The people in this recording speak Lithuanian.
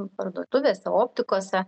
parduotuvėse optikose